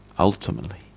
ultimately